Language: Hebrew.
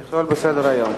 בסדר-היום.